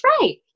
right